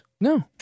No